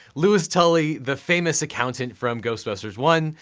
louis tully, the famous accountant from ghostbusters one,